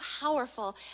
powerful